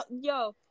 yo